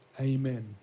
amen